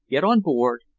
get on board,